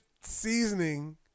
seasoning